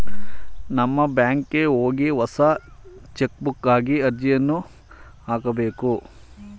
ನಮ್ಮ ಬ್ಯಾಂಕಿಗೆ ಹೋಗಿ ಹೊಸ ಚೆಕ್ಬುಕ್ಗಾಗಿ ಅರ್ಜಿಯನ್ನು ಹಾಕಬೇಕು